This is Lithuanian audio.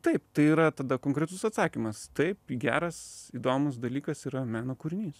taip tai yra tada konkretus atsakymas taip geras įdomus dalykas yra meno kūrinys